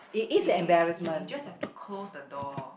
okay you you just have to close the door